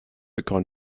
security